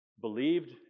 believed